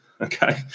Okay